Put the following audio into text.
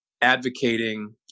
advocating